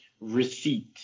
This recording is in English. receipt